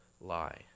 lie